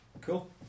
cool